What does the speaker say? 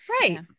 right